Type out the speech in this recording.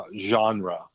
genre